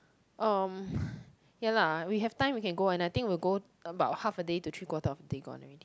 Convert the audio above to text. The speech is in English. um ya lah we have time we can go and I think we'll go about half a day to three quarters of the day gone already